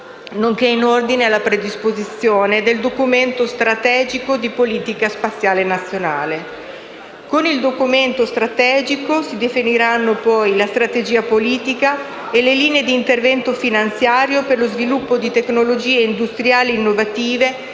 nonché in ordine alla predisposizione del documento strategico di politica spaziale nazionale. Con il documento strategico si definiranno poi la strategia politica e le linee di intervento finanziario per lo sviluppo di tecnologie industriali innovative e